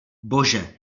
bože